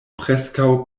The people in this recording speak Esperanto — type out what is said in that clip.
preskaŭ